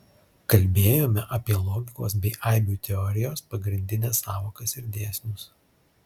kalbėjome apie logikos bei aibių teorijos pagrindines sąvokas ir dėsnius